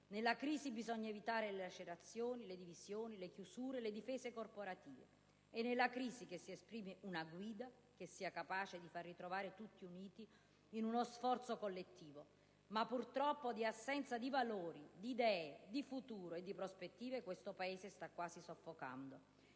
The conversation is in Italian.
nella crisi bisogna evitare le lacerazioni, le divisioni, le chiusure e le difese corporative. È nella crisi che si esprime una guida che sia capace di far ritrovare tutti uniti in uno sforzo collettivo. Ma purtroppo di assenza di valori, di idee, di futuro e di prospettive questo Paese sta quasi soffocando